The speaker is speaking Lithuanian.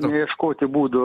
neieškoti būdų